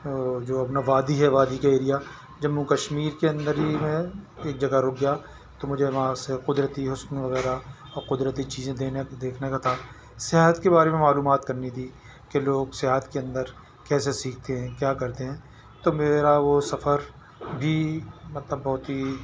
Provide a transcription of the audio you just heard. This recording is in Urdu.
اور جو اپنا وادی ہے وادی کے ایریا جموں کشمیر کے اندر ہی میں ایک جگہ رک گیا تو مجھے وہاں سے قدرتی حسن وغیرہ اور قدرتی چیزیں دینا دیکھنے کا تھا صحت کے بارے میں معلومات کرنی تھی کہ لوگ صحت کے اندر کیسے سیکھتے ہیں کیا کرتے ہیں تو میرا وہ سفر بھی مطلب بہت ہی